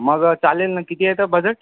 मग चालेल ना किती येतं बजेट